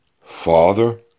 Father